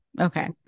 okay